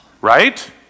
Right